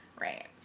Right